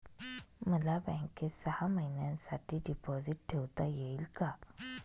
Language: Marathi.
मला बँकेत सहा महिन्यांसाठी डिपॉझिट ठेवता येईल का?